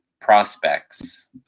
prospects